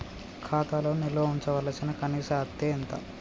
ఖాతా లో నిల్వుంచవలసిన కనీస అత్తే ఎంత?